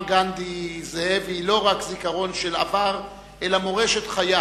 גנדי זאבי לא רק זיכרון של עבר אלא מורשת חיה,